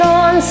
on